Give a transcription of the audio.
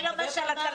זה לא מה שאמרתי.